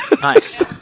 Nice